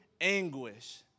anguish